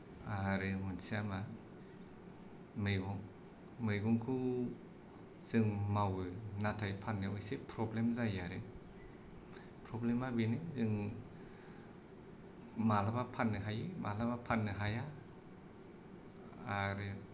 आरो मोनसेया मा मैगं मैगंखौ जों मावो नाथाय फाननायाव इसे प्रब्लेम जायो आरो प्रब्लेमा बेनो जों मालाबा फाननो हायो मालाबा फाननो हाया आरो